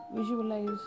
visualize